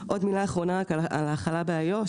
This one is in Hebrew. מילה אחרונה על ההחלה באיו"ש.